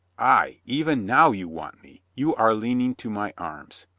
ay, even now you want me, you are leaning to my arms.